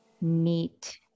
Neat